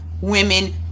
women